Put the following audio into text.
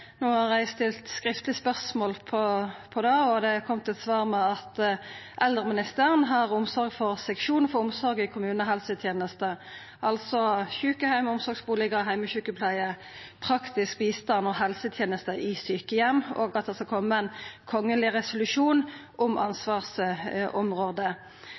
Eg har stilt eit skriftleg spørsmål om det, og det har kome eit svar om at eldreministeren har ansvaret for Seksjon for omsorg i Kommunehelsetenesteavdelinga, altså sjukeheimar, omsorgsbustadar, heimesjukepleie og praktisk bistand, og helsetenester i sjukeheim. Vidare vert det sagt at det skal koma ein kongeleg resolusjon om